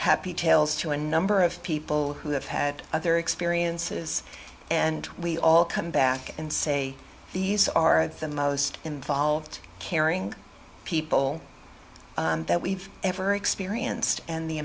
happy tales to a number of people who have had other experiences and we all come back and say these are the most involved caring people that we've ever experienced and the